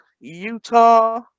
Utah